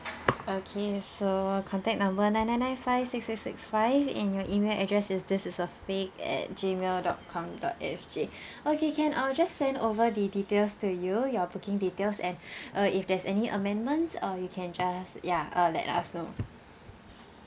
okay so contact number nine nine nine five six six six five and your email address is this is a fake at Gmail dot com dot S_G okay can I'll just send over the details to you your booking details and uh if there's any amendments uh you can just ya uh let us know